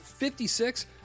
56